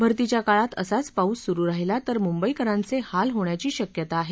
भरतीच्या काळात असाच पाऊस सुरू राहिला तर मुंबईकरांचे हाल होण्याची शक्यता आहे